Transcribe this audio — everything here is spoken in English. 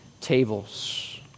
tables